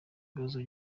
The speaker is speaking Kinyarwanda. ikibazo